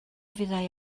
fyddai